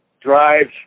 drives